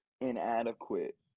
inadequate